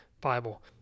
Bible